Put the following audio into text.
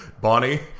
Bonnie